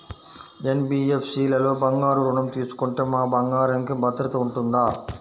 NBFC లలో బంగారు ఋణం తీసుకుంటే మా బంగారంకి భద్రత ఉంటుందా?